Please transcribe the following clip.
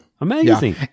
Amazing